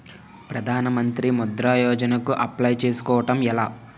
ప్రధాన మంత్రి ముద్రా యోజన కు అప్లయ్ చేసుకోవటం ఎలా?